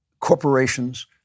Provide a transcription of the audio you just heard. corporations